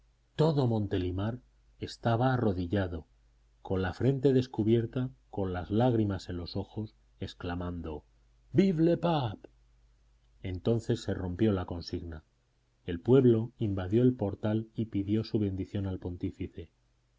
todo montelimart estaba arrodillado con la frente descubierta con las lágrimas en los ojos exclamando vive le pape entonces se rompió la consigna el pueblo invadió el portal y pidió su bendición al pontífice